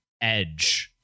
edge